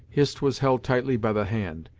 hist was held tightly by the hand.